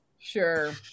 Sure